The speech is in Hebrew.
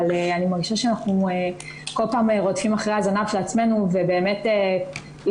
אבל אני מרגישה שאנחנו כל פעם רודפים אחרי הזנב של עצמנו ובאמת איריס